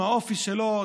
עם האופי שלו.